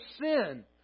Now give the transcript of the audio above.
sin